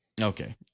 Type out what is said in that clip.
okay